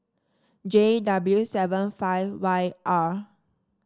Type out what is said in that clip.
J W seven five Y R